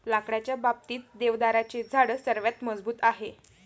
लाकडाच्या बाबतीत, देवदाराचे झाड सर्वात मजबूत आहे